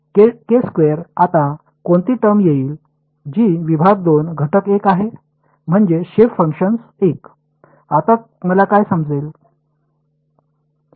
आता कोणती टर्म येईल जी विभाग 2 घटक 1 आहे म्हणजे शेप फंक्शन 1 आता मला काय समजेल हे 1 2 3 4 आहे